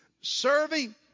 serving